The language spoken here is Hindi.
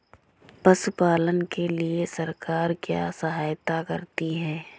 पशु पालन के लिए सरकार क्या सहायता करती है?